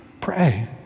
Pray